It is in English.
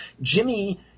Jimmy